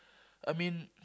I mean